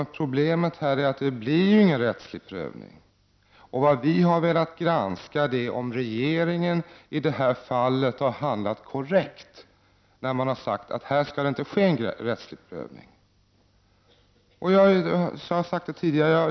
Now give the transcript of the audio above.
Problemet här är att det inte blir någon rättslig prövning. Det vi har velat granska är om regeringen i detta fall har handlat korrekt, när man har sagt att det inte skall ske någon rättslig prövning. Jag har sagt detta tidigare.